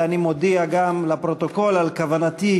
ואני גם מודיע לפרוטוקול על כוונתי,